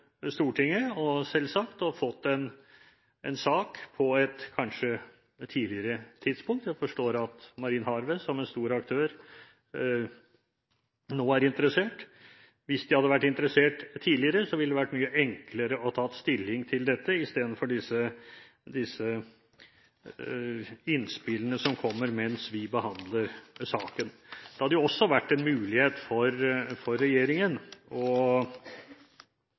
Stortinget å få en sak på et tidligere tidspunkt. Jeg forstår at Marine Harvest som en stor aktør nå er interessert. Hvis de hadde vært interessert tidligere, ville det vært mye enklere å ta stilling til dette, i stedet for disse innspillene som kommer mens vi behandler saken. Det hadde også vært en mulighet for regjeringen å